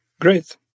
Great